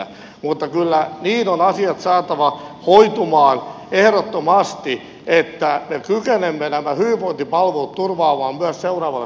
mutta kyllä niin on asiat saatava hoitumaan ehdottomasti että me kykenemme nämä hyvinvointipalvelut turvaamaan myös seuraavalle sukupolvelle